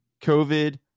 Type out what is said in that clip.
COVID